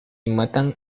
matan